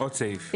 עוד סעיף.